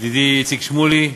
ידידי איציק שמולי,